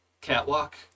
catwalk